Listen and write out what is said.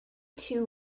two